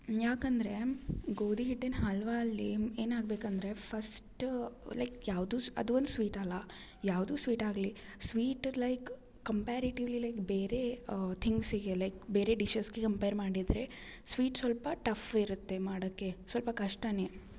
ಯಾಕಂದರೆ ಗೋಧಿ ಹಿಟ್ಟಿನ ಹಲ್ವಾ ಅಲ್ಲಿ ಏನು ಆಗ್ಬೇಕು ಅಂದರೆ ಫಸ್ಟ್ ಲೈಕ್ ಯಾವುದು ಅದು ಒಂದು ಸ್ವೀಟ್ ಅಲ್ಲ ಯಾವುದು ಸ್ವೀಟ್ ಆಗಲಿ ಸ್ವೀಟ್ ಲೈಕ್ ಕಂಪಾರಿಟಿವ್ಲಿ ಲೈಕ್ ಬೇರೇ ಥಿಂಗ್ಸಿಗೆ ಲೈಕ್ ಬೇರೆ ಡಿಷಸ್ಗೆ ಕಂಪೇರ್ ಮಾಡಿದರೆ ಸ್ವೀಟ್ ಸ್ವಲ್ಪ ಟಫ್ ಇರುತ್ತೆ ಮಾಡೋಕೆ ಸ್ವಲ್ಪ ಕಷ್ಟ